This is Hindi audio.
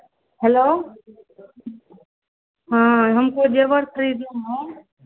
हेलो हाँ हमको जेवर खरीदना है